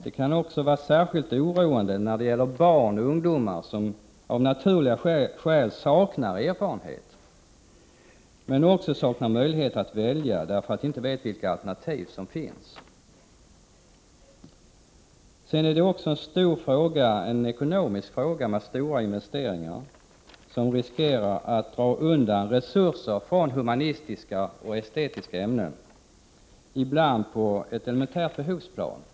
Det är särskilt oroande när det gäller barn och ungdomar, som av naturliga skäl saknar erfarenhet men som också 87 saknar möjlighet att välja därför att de inte vet vilka alternativ som finns. Detta är en stor ekonomisk fråga. Det gäller investeringar, som riskerar att dra undan resurser från humanistiska och estetiska ämnen, ibland på ett elementärt behovsplan.